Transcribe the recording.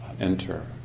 enter